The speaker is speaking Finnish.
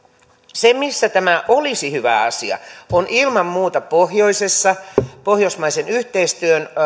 se missä tämä olisi hyvä asia on ilman muuta pohjoisessa pohjoismaisen yhteistyön